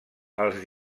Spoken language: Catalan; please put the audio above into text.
els